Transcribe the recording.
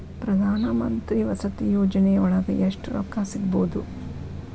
ಪ್ರಧಾನಮಂತ್ರಿ ವಸತಿ ಯೋಜನಿಯೊಳಗ ಎಷ್ಟು ರೊಕ್ಕ ಸಿಗಬೊದು?